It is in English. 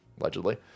allegedly